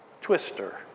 twister